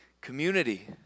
community